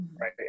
right